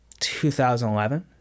2011